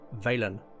Valen